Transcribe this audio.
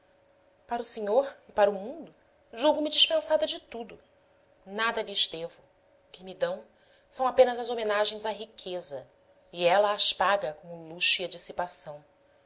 para o senhor e para o mundo julgo me dispensada de tudo nada lhes devo o que me dão são apenas as homenagens à riqueza e ela as paga com o luxo e a dissipação